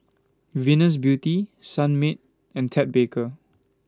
Venus Beauty Sunmaid and Ted Baker